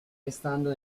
estando